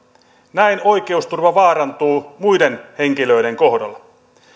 näin oikeusturva vaarantuu muiden henkilöiden kohdalla